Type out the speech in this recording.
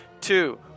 Two